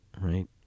Right